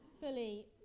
fully